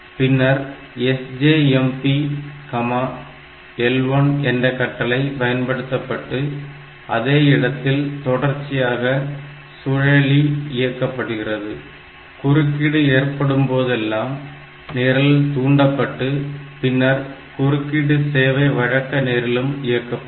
பின்னர் SJMP L1 என்ற கட்டளை பயன்படுத்தப்பட்டு அதே இடத்தில் தொடர்ச்சியாக சூழலி இயக்கப்படுகிறது குறுக்கீடு ஏற்படும்போதெல்லாம் நிரல் தூண்டப்பட்டு பின்னர் குறுக்கீடு சேவை வழக்க நிரலும் இயக்கப்படும்